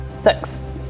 Six